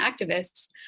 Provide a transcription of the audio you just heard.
activists